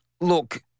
Look